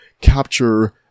capture